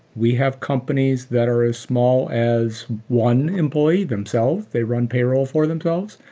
we have companies that are as small as one employee themselves. they run payroll for themselves.